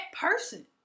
person